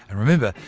and remember,